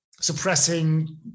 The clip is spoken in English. suppressing